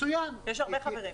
נכון, עדיין יש הרבה חברים.